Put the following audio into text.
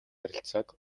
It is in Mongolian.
харилцааг